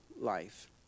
life